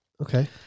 Okay